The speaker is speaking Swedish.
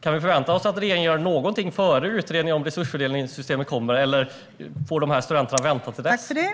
Kan vi förvänta oss att regeringen gör någonting innan utredningen om resursfördelningssystemet kommer, eller får studenterna vänta till dess?